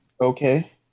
Okay